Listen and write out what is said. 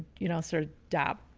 you know, sort of dab,